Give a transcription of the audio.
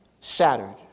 shattered